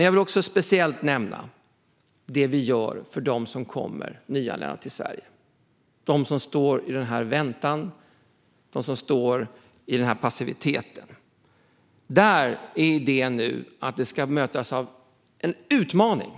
Jag vill speciellt nämna det som vi gör för dem som kommer nyanlända till Sverige, de som står i väntan och passivitet. Idén är att de ska mötas av en utmaning.